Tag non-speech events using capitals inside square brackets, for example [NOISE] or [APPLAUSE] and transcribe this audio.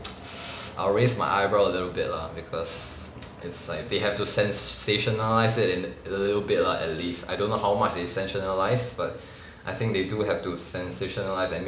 [NOISE] I'll raise my eyebrow a little bit lah because [NOISE] it's like they have to sensationalise it in a little bit lah at least I don't know how much they sensationalise but I think they do have to sensationalise and make